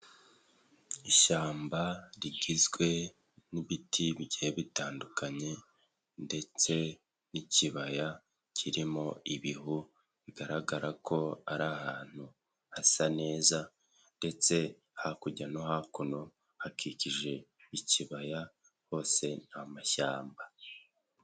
Ishyamba rigizwe n'ibiti bigiye bitandukanye, ndetse n'ikibaya kirimo ibihu bigaragara ko ari ahantu, hasa neza, ndetse hakurya no hakuno hakikije ikibaya hose ni mashyamba.